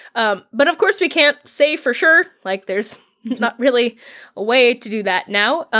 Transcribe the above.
um but of course, we can't say for sure. like there's not really a way to do that now.